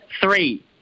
three